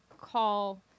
call